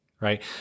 right